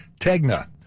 Tegna